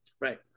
Right